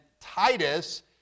Titus